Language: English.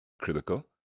critical